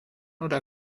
oder